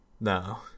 no